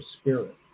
spirit